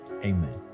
amen